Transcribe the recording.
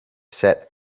sat